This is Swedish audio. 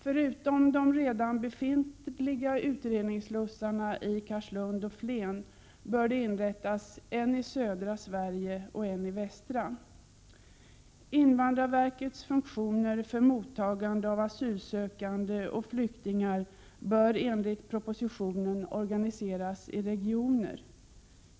Förutom redan befintliga utredningsslussar i Karlslund och Flen bör det inrättas en i södra och en i västra Sverige. Invandrarverkets funktioner för mottagande av asylsökande och flyktingar bör enligt propositionen organiseras i regioner.